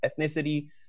ethnicity